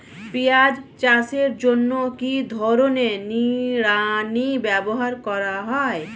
পিঁয়াজ চাষের জন্য কি ধরনের নিড়ানি ব্যবহার করা হয়?